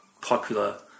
popular